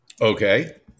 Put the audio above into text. Okay